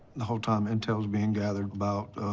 the whole time intel's being gathered about